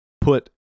put